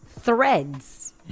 Threads